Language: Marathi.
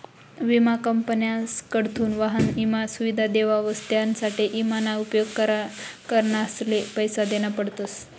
विमा कंपन्यासकडथून वाहन ईमा सुविधा देवावस त्यानासाठे ईमा ना उपेग करणारसले पैसा देना पडतस